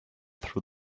through